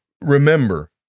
remember